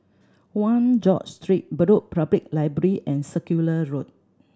One George Street Bedok Public Library and Circular Road